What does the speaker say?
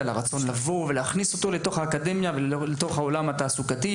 הרצון להכניס אותו לתוך האקדמיה ושילוב בתעסוקה,